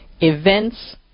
Events